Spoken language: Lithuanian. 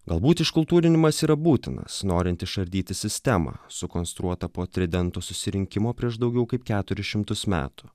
galbūt iškultūrinimas yra būtinas norint išardyti sistemą sukonstruotą po tridento susirinkimo prieš daugiau kaip keturis šimtus metų